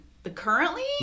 Currently